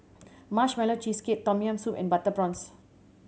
Marshmallow Cheesecake Tom Yam Soup and butter prawns